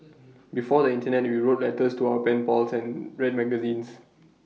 before the Internet we wrote letters to our pen pals and read magazines